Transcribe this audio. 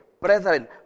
Brethren